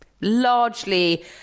largely